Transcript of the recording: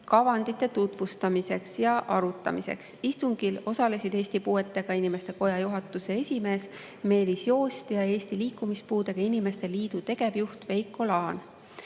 kavandi tutvustamiseks ja arutamiseks. Istungil osalesid Eesti Puuetega Inimeste Koja juhatuse esimees Meelis Joost ja Eesti Liikumispuudega Inimeste Liidu tegevjuht Veiki Laan.